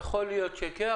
יכול להיות שכן,